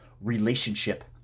relationship